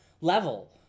level